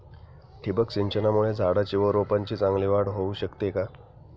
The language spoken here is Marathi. ठिबक सिंचनामुळे झाडाची व रोपांची चांगली वाढ होऊ शकते का?